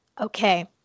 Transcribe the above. okay